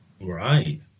Right